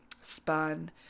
spun